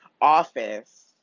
office